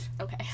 Okay